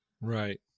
Right